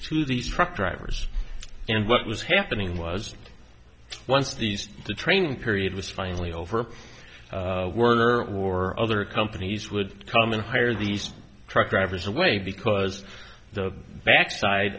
to these truck drivers and what was happening was once these the training period was finally over werner or other companies would come and hire these truck drivers away because the backside